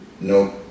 no